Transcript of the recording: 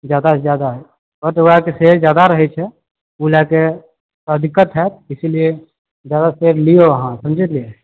जादासँ जादा के शेयर जादा रहैत छै ओ लएके दिक्कत हाएत इसीलिए जादा लिऔ अहाँ समझलिऐ